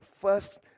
First